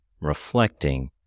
reflecting